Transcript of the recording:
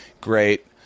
great